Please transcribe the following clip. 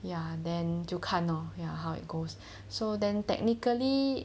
ya then 就看 lor ya how it goes so then technically